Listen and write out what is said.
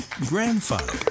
grandfather